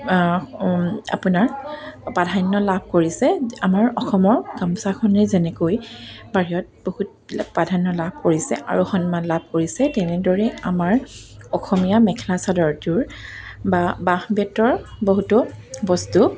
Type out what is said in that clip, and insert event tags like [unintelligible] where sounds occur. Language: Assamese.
আপোনাৰ প্ৰাধান্য লাভ কৰিছে আমাৰ অসমৰ গামোচাখনে যেনেকৈ বাহিৰত বহুত [unintelligible] প্ৰাধান্য লাভ কৰিছে আৰু সন্মান লাভ কৰিছে তেনেদৰে আমাৰ অসমীয়া মেখেলা চাদৰযোৰ বা বাঁহ বেতৰ বহুতো বস্তু